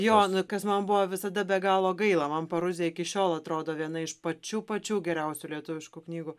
jo nu kas man buvo visada be galo gaila man paruzija iki šiol atrodo viena iš pačių pačių geriausių lietuviškų knygų